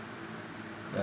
ya